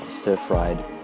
stir-fried